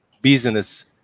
business